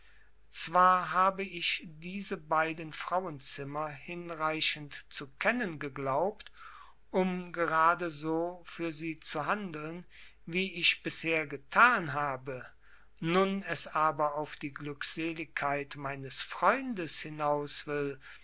zwar habe ich diese beiden frauenzimmer hinreichend zu kennen geglaubt um gerade so für sie zu handeln wie ich bisher getan habe nun es aber auf die glückseligkeit meines freundes hinaus will